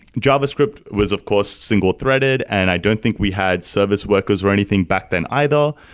javascript was of course single-threaded, and i don't think we had service workers or anything back then either.